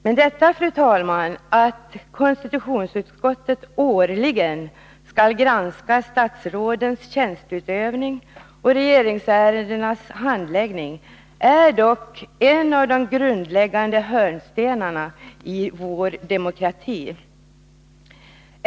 Men detta, fru talman, att konstitutionsutskottet årligen skall granska statsrådens tjänsteutövning och regetingsärendenas handläggning, är dock en av grundstenarna i vår demokrati.